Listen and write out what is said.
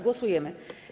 Głosujemy.